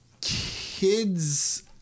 kids